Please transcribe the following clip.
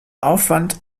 aufwand